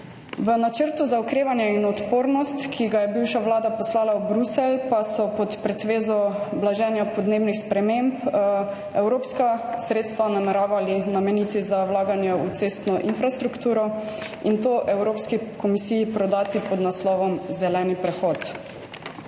V Načrtu za okrevanje in odpornost, ki ga je bivša vlada poslala v Bruselj, pa so pod pretvezo blaženja podnebnih sprememb evropska sredstva nameravali nameniti za vlaganje v cestno infrastrukturo in to Evropski komisiji prodati pod naslovom zeleni prehod.